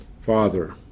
Father